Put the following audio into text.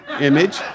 image